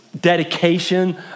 dedication